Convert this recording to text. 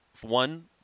one